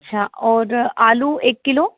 हाँ और आलू एक किलो